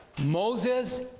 Moses